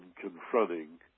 confronting